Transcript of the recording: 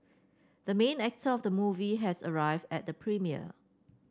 the main actor of the movie has arrived at the premiere